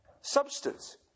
Substance